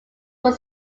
were